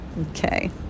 okay